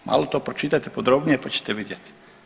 Malo to pročitajte podrobnije, pa ćete vidjeti.